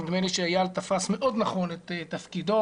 נדמה לי שאיל תפס מאוד נכון את תפקידו,